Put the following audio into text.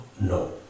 No